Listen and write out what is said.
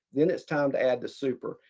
then it's time to add the super.